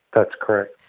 that's correct.